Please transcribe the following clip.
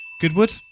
Goodwood